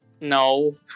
No